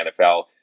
NFL